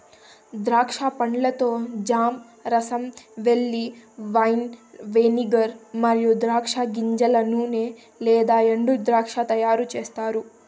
ద్రాక్ష పండ్లతో జామ్, రసం, జెల్లీ, వైన్, వెనిగర్ మరియు ద్రాక్ష గింజల నూనె లేదా ఎండుద్రాక్ష తయారుచేస్తారు